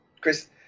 Chris